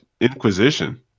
Inquisition